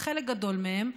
וחלק גדול מהם,